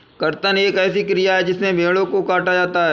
कर्तन एक ऐसी क्रिया है जिसमें भेड़ों को काटा जाता है